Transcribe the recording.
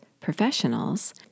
professionals